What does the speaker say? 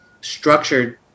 structured